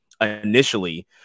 initially